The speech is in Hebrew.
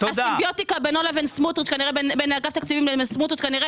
הסמביוטיקה בין אגף תקציבים לבין סמוטריץ כנראה